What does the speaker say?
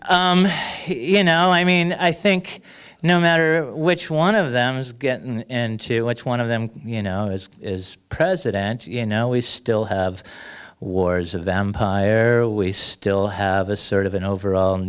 and you know i mean i think no matter which one of them is get in to watch one of them you know as is president you know we still have wars of the empire we still have a sort of an overall